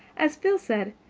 as phil said,